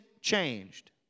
changed